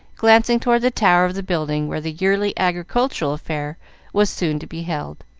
glancing toward the tower of the building where the yearly agricultural fair was soon to be held.